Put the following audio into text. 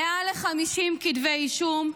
מעל 50 כתבי אישום,